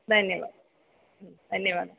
धन्यवादः धन्यवादः